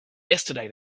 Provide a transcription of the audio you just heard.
yesterday